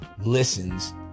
listens